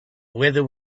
whether